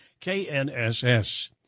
KNSS